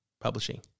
publishing